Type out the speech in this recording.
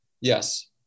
Yes